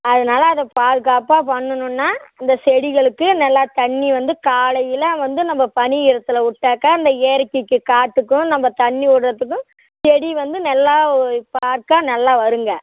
அதனால் அதை பாதுகாப்பாக பண்ணணும்னா இந்த செடிகளுக்கு நல்லா தண்ணி வந்து காலையில் வந்து நம்ப பனி ஈரத்தில் விட்டாக்கா அந்த இயற்கைக்கு காத்துக்கும் நம்ப தண்ணி விட்றதுக்கும் செடி வந்து நல்லா பார்க்க நல்லா வருங்க